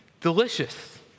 delicious